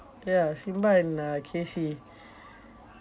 ya simba and uh casey